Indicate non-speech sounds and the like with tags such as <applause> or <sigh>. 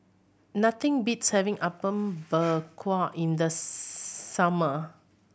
nothing beats having Apom Berkuah in the <unintelligible> summer